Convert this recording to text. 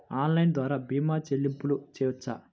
Online ద్వార భీమా చెల్లింపులు చేయవచ్చా?